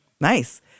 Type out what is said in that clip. Nice